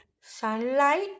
sunlight